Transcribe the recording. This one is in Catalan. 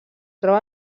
troba